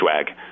swag